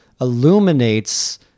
illuminates